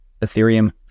Ethereum